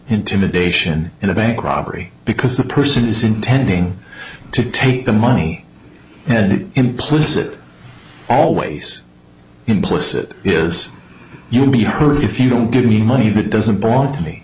intimidation in a bank robbery because the person is intending to take the money and implicit always implicit is you will be hurt if you don't give me money that doesn't belong to me